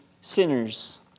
sinners